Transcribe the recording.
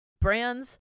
Brands